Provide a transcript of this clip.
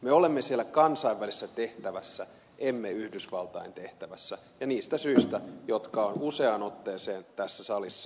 me olemme siellä kansainvälisessä tehtävässä emme yhdysvaltain tehtävässä ja niistä syistä jotka on useaan otteeseen tässä salissa toistettu